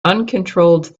uncontrolled